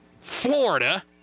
Florida